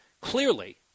clearly